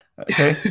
Okay